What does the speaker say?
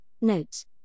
notes